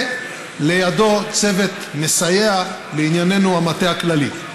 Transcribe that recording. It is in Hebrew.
ולידו צוות מסייע, לענייננו, המטה הכללי.